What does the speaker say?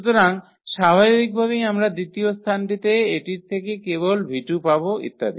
সুতরাং স্বাভাবিকভাবেই আমরা দ্বিতীয় স্থানটিতে এটির থেকে কেবল v2 পাব ইত্যাদি